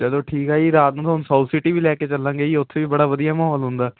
ਚਲੋ ਠੀਕ ਆ ਜੀ ਰਾਤ ਨੂੰ ਤੁਹਾਨੂੰ ਸਾਊਥ ਸਿਟੀ ਵੀ ਲੈ ਕੇ ਚੱਲਾਂਗੇ ਜੀ ਉੱਥੇ ਵੀ ਬੜਾ ਵਧੀਆ ਮਾਹੌਲ ਹੁੰਦਾ